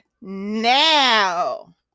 now